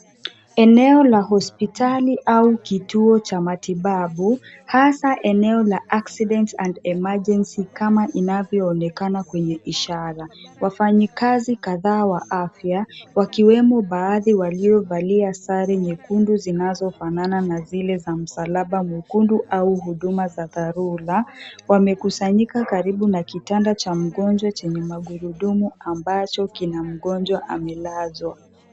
Eneo la hospitali au kituo cha matibabu, hasa eneo la Accident and Emergency kama inavyoonekana kwenye ishara. Wafanyikazi kadhaa wa afya, wakiwemo baadhi waliovalia sare nyekundu zinazofanana na msalaba mwekundu au huduma za dharura, wamekusanyika karibu na kitanda cha mgonjwa chenye magurudumu ambacho kina mgonjwa amelazwa.